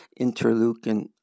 interleukin